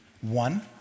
One